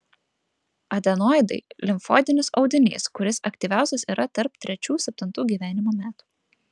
adenoidai limfoidinis audinys kuris aktyviausias yra tarp trečių septintų gyvenimo metų